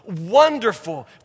wonderful